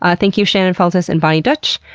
ah thank you, shannon feltus and bonnie dutch,